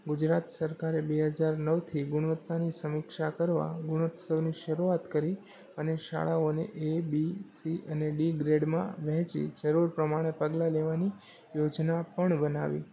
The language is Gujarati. ગુજરાત સરકારે બે હજાર નવથી ગુણવત્તાની સમીક્ષા કરવા ગુણોત્સવની શુરૂઆત કરી અને શાળાઓને એ બી સી અને ડી ગ્રેડમાં વહેંચી જરૂર પ્રમાણે પગલાં લેવાની યોજના પણ બનાવી